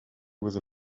with